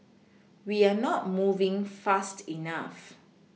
we are not moving fast enough